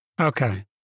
Okay